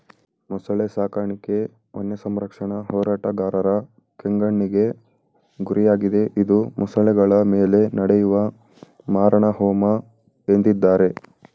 ಮೊಸಳೆ ಸಾಕಾಣಿಕೆ ವನ್ಯಸಂರಕ್ಷಣಾ ಹೋರಾಟಗಾರರ ಕೆಂಗಣ್ಣಿಗೆ ಗುರಿಯಾಗಿದೆ ಇದು ಮೊಸಳೆಗಳ ಮೇಲೆ ನಡೆಯುವ ಮಾರಣಹೋಮ ಎಂದಿದ್ದಾರೆ